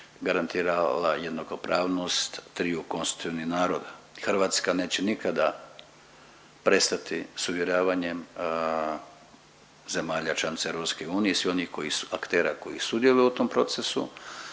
garantirala jednakopravnost triju konstitutivnih naroda. Hrvatska neće nikada prestati s uvjeravanjem zemalja članica EU i svih onih koji su akteri koji sudjeluju u tom procesu